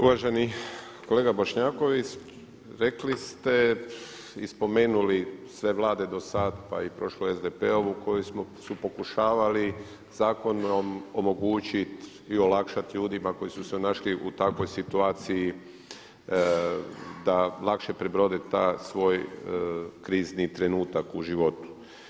Uvaženi kolega Bošnjaković, rekli ste i spomenuli sve Vlade do sada pa i prošlu SDP-ovu koju smo, su pokušavali zakonom omogućiti i olakšati ljudima koji su se našli u takvoj situaciji da lakše prebrode taj svoj krizni trenutak u svom životu.